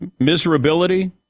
Miserability